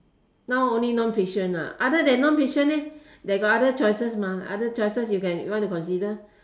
now only non fiction ah other than non fiction leh they got other choices mah other choices you can you want to consider